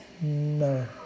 No